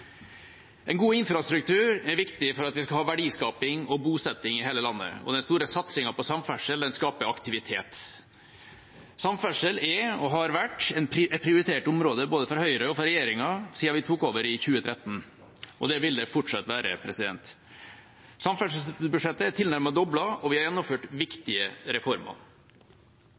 En god infrastruktur er viktig for at vi skal ha verdiskaping og bosetting i hele landet. Den store satsingen på samferdsel skaper aktivitet. Samferdsel er og har vært et prioritert område for både Høyre og regjeringa siden vi tok over i 2013, og det vil det fortsatt være. Samferdselsbudsjettet er tilnærmet doblet, og vi har gjennomført viktige reformer.